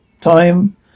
time